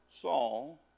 Saul